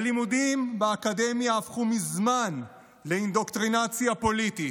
הלימודים באקדמיה הפכו מזמן לאינדוקטרינציה פוליטית,